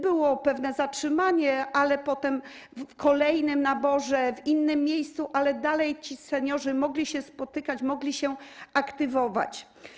Było pewne zatrzymanie, ale potem w kolejnym naborze w innym miejscu dalej ci seniorzy mogli się spotykać, mogli się aktywizować.